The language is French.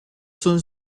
sont